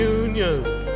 unions